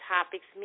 Topics